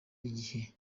igihe